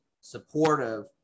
supportive